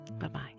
Bye-bye